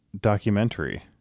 documentary